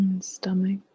stomach